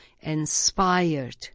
inspired